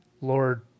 Lord